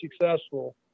successful